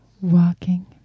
walking